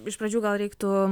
iš pradžių gal reiktų